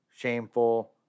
Shameful